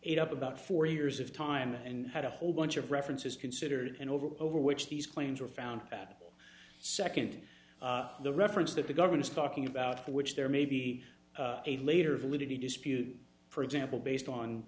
e up about forty years of time and had a whole bunch of references considered and over over which these claims were found that second the reference that the government is talking about which there may be a later validity dispute for example based on